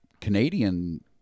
Canadian